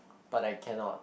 but I cannot